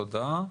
תודה.